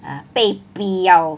err 被逼要